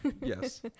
Yes